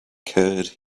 curd